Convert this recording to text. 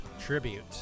Tribute